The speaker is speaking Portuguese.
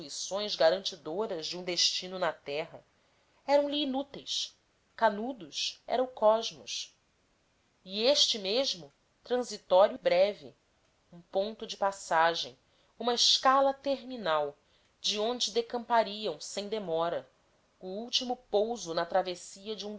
instituições garantidoras de um destino na terra eram lhes inúteis canudos era o cosmos e este mesmo transitório e breve um ponto de passagem uma escala terminal de onde decampariam sem demora o último pouso na travessia de um